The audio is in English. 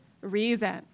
reason